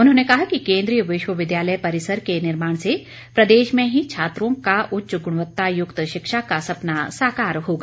उन्होंने कहा कि केन्द्रीय विश्वविद्यालय परिसर के निर्माण से प्रदेश में ही छात्रों का उच्च गुणवत्ता युक्त शिक्षा का सपना साकार होगा